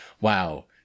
wow